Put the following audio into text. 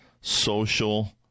social